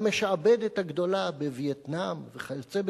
כי היא המשעבדת הגדולה של וייטנאם וכיוצא בזה.